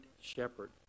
shepherd